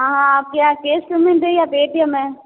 हाँ हाँ आपके यहाँ कैश पेमेंट है या पेटियम है